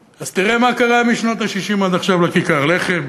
אז תראה מה קרה משנות ה-60 ועד עכשיו לכיכר לחם,